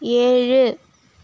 ஏழு